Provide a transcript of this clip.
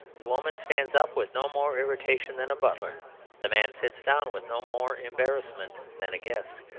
the woman stands up, with no more irritation than a butler the man sits down, with no more embarrassment than a guest.